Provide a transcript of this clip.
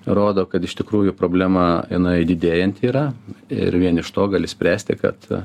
rodo kad iš tikrųjų problema jinai didėjanti yra ir vien iš to gali spręsti kad